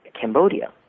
Cambodia